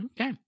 okay